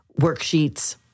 worksheets